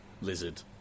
lizard